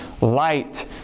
light